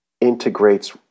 integrates